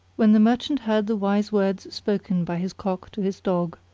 when the merchant heard the wise words spoken by his cock to his dog,